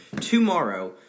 tomorrow